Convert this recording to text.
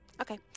Okay